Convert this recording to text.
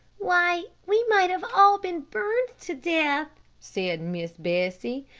why we might have all been burned to death, said miss bessie.